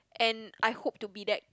and I hope to be that